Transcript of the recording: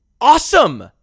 awesome